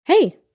Hey